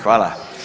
Hvala.